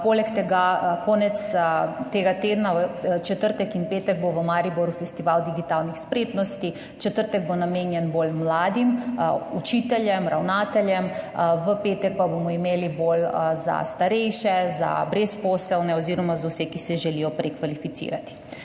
Poleg tega bo konec tega tedna, v četrtek in petek, v Mariboru festival digitalnih spretnosti, četrtek bo namenjen bolj mladim, učiteljem, ravnateljem, v petek pa bomo imeli bolj za starejše, za brezposelne oziroma za vse, ki se želijo prekvalificirati.